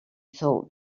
thought